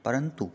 परन्तु